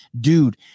Dude